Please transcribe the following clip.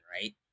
right